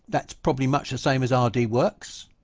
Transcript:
that's probably much the same as ah rdworks